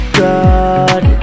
god